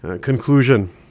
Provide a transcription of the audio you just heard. Conclusion